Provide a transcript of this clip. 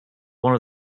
one